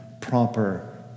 proper